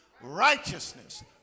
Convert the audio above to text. Righteousness